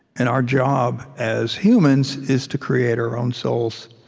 and our job, as humans, is to create our own souls.